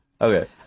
Okay